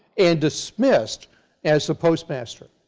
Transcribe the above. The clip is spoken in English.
and dismissed as the post master.